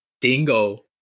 dingo